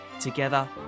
Together